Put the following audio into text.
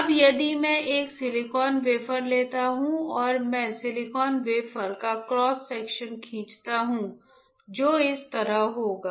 अब यदि मैं एक सिलिकॉन वेफर लेता हूं और मैं सिलिकॉन वेफर का क्रॉस सेक्शन खींचता हूं जो इस तरह होगा